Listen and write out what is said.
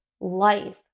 life